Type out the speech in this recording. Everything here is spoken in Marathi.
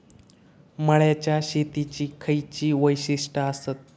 मळ्याच्या शेतीची खयची वैशिष्ठ आसत?